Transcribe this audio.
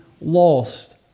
lost